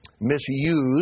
misused